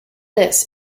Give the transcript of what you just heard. this